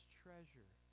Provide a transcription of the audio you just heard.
treasure